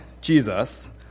Jesus